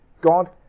God